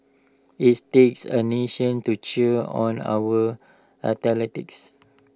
its takes A nation to cheer on our athletes